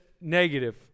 negative